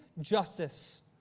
justice